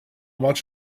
much